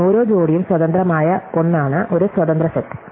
ഓരോ ജോഡിയും സ്വതന്ത്രമായ ഒന്നാണ് ഒരു സ്വതന്ത്ര സെറ്റ്